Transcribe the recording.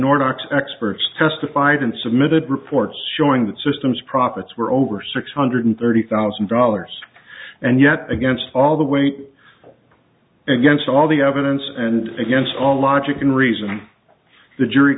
x experts testified and submitted reports showing that systems profits were over six hundred thirty thousand dollars and yet against all the weight against all the evidence and against all logic and reason the jury